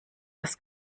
das